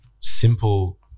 simple